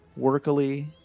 workily